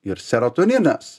ir serotoninas